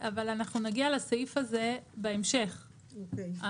לסעיף הזה בהמשך,